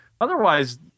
otherwise